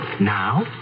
Now